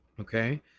okay